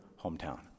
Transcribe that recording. hometown